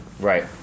Right